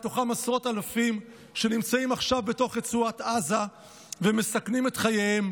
ובתוכם עשרות אלפים שנמצאים עכשיו בתוך רצועת עזה ומסכנים את חייהם.